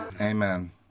Amen